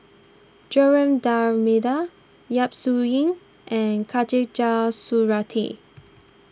Joaquim D'Almeida Yap Su Yin and Khatijah Surattee